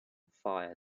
fire